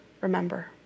remember